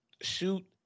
shoot